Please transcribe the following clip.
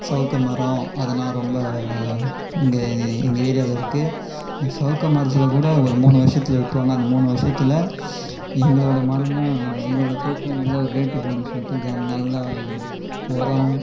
சவுக்க மரம் அது நான் ரொம்ப எங்கள் எங்கள் ஏரியாவில் இருக்குது சவுக்க மரத்தில் கூட ஒரு மூணு வருசத்தில் வெட்டுவாங்க அந்த மூணு வருசத்தில் எங்களோடய மரம்தான் எங்களோடய தோப்பு தான் நல்ல ஒரு ரேட் போகணுன்னு சொல்லிட்டு தின நல்லா உரம்